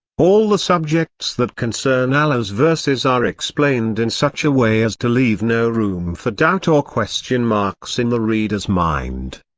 all the subjects that concern allah's verses are explained in such a way as to leave no room for doubt or question marks in the reader's mind.